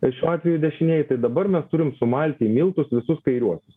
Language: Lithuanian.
ir šiuo atveju dešinieji tai dabar mes turim sumalti į miltus visus kairiuosius